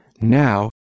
Now